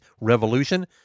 Revolution